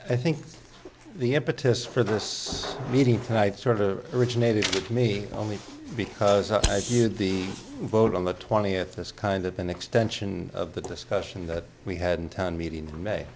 i think the impetus for this meeting tonight sort of originated with me only because you had the vote on the twentieth this kind of an extension of the discussion that we had in town meeting in may